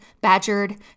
badgered